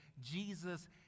Jesus